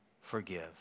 forgive